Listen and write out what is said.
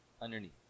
underneath